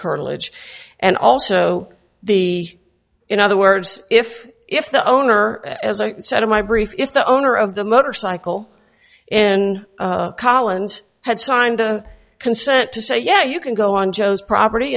curtilage and also the in other words if if the owner as i said in my brief if the owner of the motorcycle and collins had signed a consent to say yeah you can go on joe's property